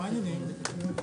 הישיבה ננעלה בשעה